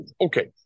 Okay